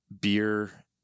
Beer